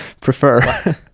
prefer